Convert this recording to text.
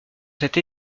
cette